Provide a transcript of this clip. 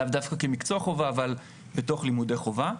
לאו דווקא כמקצוע חובה, אבל בתוך לימודי חובה.